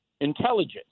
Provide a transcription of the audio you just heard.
intelligence